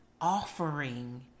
offering